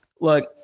Look